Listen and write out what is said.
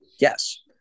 Yes